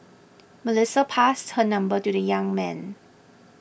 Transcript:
Melissa passed her number to the young man